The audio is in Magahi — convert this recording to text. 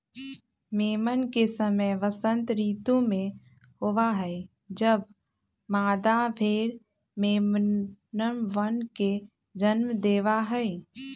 मेमन के समय वसंत ऋतु में होबा हई जब मादा भेड़ मेमनवन के जन्म देवा हई